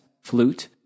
flute